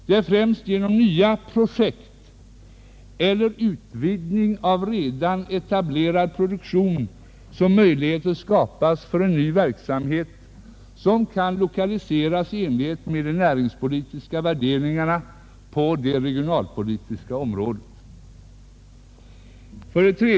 Det är främst genom nya projekt eller utvidgning av redan etablerad produktion, som möjligheter skapas för en ny verksamhet, vilken kan lokaliseras i enlighet med de näringspolitiska värderingarna på det regionalpolitiska området. 3.